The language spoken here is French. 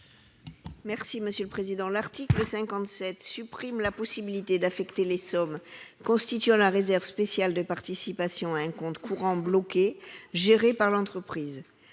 n° 167 rectifié. L'article 57 supprime la possibilité d'affecter les sommes constituant la réserve spéciale de participation à un compte courant bloqué géré par l'entreprise.